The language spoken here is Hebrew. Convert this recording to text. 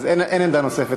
אין עמדה נוספת.